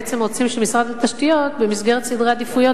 באותו דיון שלא הגעת אליו ואני הייתי, עוד פעם